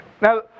Now